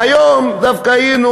והיום דווקא היינו